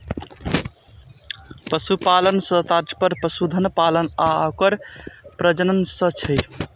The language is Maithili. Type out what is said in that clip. पशुपालन सं तात्पर्य पशुधन पालन आ ओकर प्रजनन सं छै